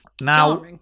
Now